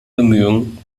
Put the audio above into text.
bemühungen